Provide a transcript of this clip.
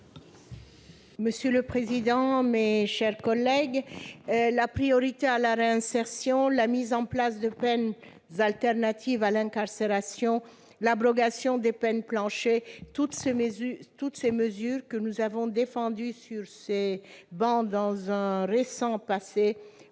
Monsieur le président, mes chers collègues, la priorité à la réinsertion, la mise en place de peines alternatives à l'incarcération, l'abrogation des peines plancher, toutes ces mesures que nous avons défendues sur ces travées dans un récent passé